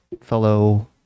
fellow